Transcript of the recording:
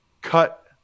cut